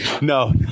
no